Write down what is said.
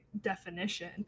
definition